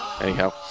anyhow